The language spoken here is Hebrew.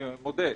אני מודה,